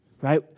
right